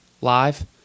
live